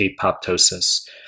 apoptosis